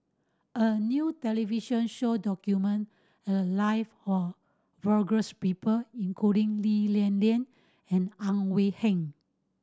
a new television show documented the live of people including Lee Li Lian and Ang Wei Neng